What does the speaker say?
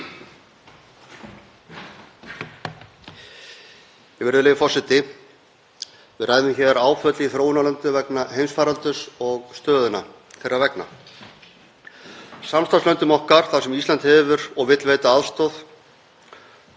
Virðulegur forseti. Við ræðum hér áföll í þróunarlöndum vegna heimsfaraldurs og stöðuna þeirra vegna. Samstarfslönd okkar, þar sem Ísland hefur veitt og vill veita aðstoð,